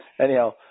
Anyhow